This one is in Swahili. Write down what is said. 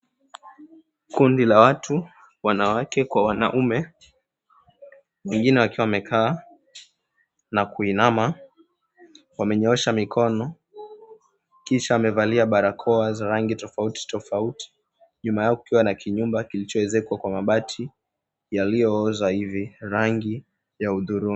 Kundi la watu wanawake kwa wanaume, wengine wakiwa wamekaa na kuinama wamenyosha mikono Kisha wamevalia barakoa za rangi tofauti tofauti. Nyuma yao kukiwa na kinyumba kilichoezekwa kwa mabati yaliyooza hivi ya rangi ya hudhurungi.